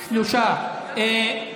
שלושה,